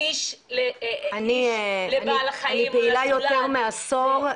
אני פעילה יותר מעשור,